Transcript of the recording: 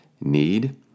need